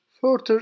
further